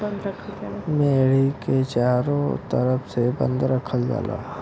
मेड़ी के चारों तरफ से बंद रखल जाला